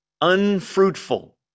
unfruitful